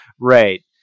Right